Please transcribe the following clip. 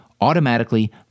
automatically